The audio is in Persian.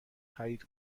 خرید